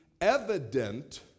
evident